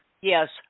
Yes